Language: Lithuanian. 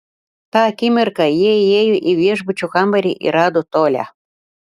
tą akimirką jie įėjo į viešbučio kambarį ir rado tolią